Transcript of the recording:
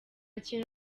kintu